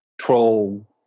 troll